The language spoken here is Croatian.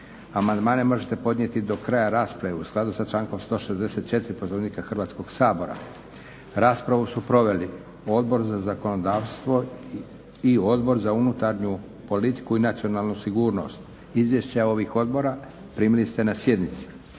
Amandmani se mogu podnositi do kraja rasprave u skladu sa člankom 164. Poslovnika Hrvatskoga sabora. Raspravu su proveli Odbor za zakonodavstvo i Odbor za unutarnju politiku i nacionalnu sigurnost. Izvješća ste primili na sjednici.